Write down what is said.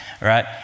right